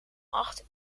acht